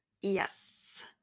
Yes